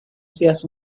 seas